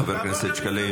אושר שקלים,